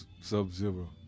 Sub-Zero